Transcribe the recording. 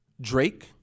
Drake